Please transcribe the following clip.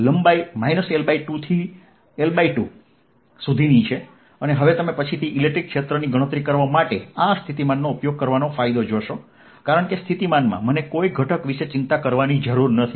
લંબાઈ L2 થી L2 સુધી છે અને હવે તમે પછીથી ઇલેક્ટ્રિક ક્ષેત્રની ગણતરી કરવા માટે આ સ્થિતિમાનનો ઉપયોગ કરવાનો ફાયદો જોશો કારણ કે સ્થિતિમાનમાં મને કોઈ ઘટક વિશે ચિંતા કરવાની જરૂર નથી